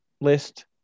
list